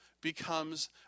becomes